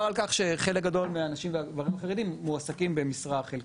על כך שחלק גדול מהנשים והגברים החרדים מועסקים במשרה חלקית.